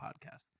podcast